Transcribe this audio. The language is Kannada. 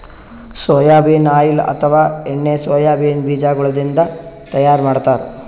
ಸೊಯಾಬೀನ್ ಆಯಿಲ್ ಅಥವಾ ಎಣ್ಣಿ ಸೊಯಾಬೀನ್ ಬಿಜಾಗೋಳಿನ್ದ ತೈಯಾರ್ ಮಾಡ್ತಾರ್